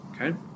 okay